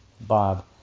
Bob